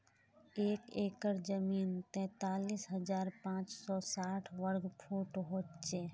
एक एकड़ जमीन तैंतालीस हजार पांच सौ साठ वर्ग फुट हो छे